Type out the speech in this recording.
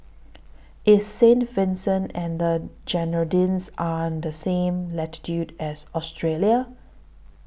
IS Saint Vincent and The Grenadines Are on The same latitude as Australia